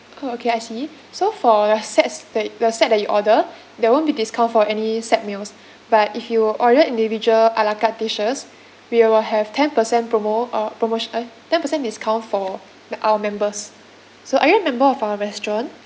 oh okay I see so for your sets that your set that you order there won't be discount for any set meals but if you order individual ala carte dishes we will have ten percent promo~ or promotion eh ten percent discount for like our members so are you a member of our restaurant